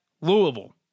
Louisville